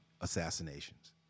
assassinations